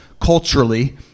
culturally